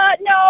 No